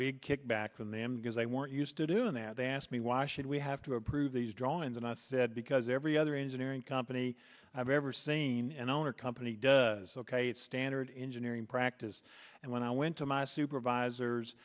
big kickback from them because they weren't used to doing that they asked me why should we have to approve these drawings and i said because every other engineering company i've ever seen and owner company does ok it's standard engineering practice and when i went to my supervisors